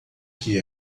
que